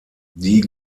die